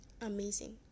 amazing